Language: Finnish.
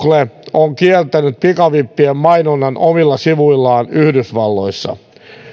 on kieltänyt pikavippien mainonnan omilla sivuillaan yhdysvalloissa